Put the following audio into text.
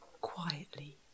quietly